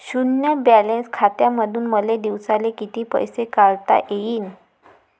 शुन्य बॅलन्स खात्यामंधून मले दिवसाले कितीक पैसे काढता येईन?